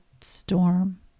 storm